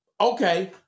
okay